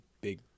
big